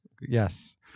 yes